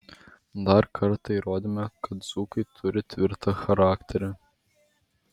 dar kartą įrodėme kad dzūkai turi tvirtą charakterį